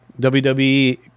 WWE